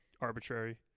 arbitrary